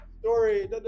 story